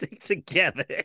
together